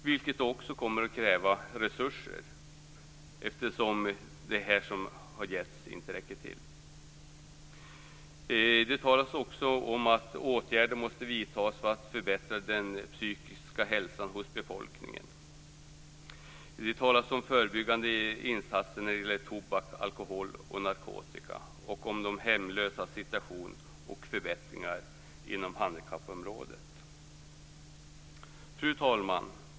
Det kommer också att kräva resurser eftersom det som har givits inte räcker till. Det talas också om att åtgärder måste vidtas för att förbättra den psykiska hälsan hos befolkningen. Det talas om förebyggande insatser när det gäller tobak, alkohol och narkotika. Det talas om de hemlösas situation och om förbättringar inom handikappområdet. Fru talman!